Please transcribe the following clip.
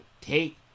take